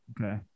okay